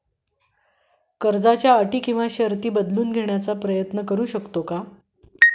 कर्जाच्या अटी व शर्ती बदलून घेण्याचा प्रयत्न करू शकतो का?